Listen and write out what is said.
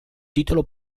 titolo